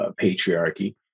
patriarchy